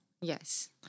Yes